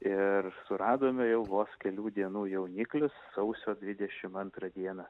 ir suradome jau vos kelių dienų jauniklius sausio dvidešim antrą dieną